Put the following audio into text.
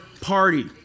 party